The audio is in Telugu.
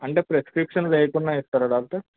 అంటే ప్రిస్క్రిప్షన్ లేకుండా ఇస్తారా డాక్టర్